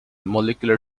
molecular